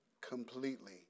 completely